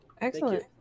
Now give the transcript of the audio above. Excellent